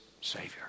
Savior